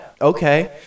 okay